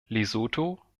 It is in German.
lesotho